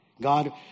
God